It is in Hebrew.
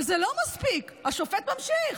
אבל זה לא מספיק, השופט ממשיך,